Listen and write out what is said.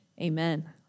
amen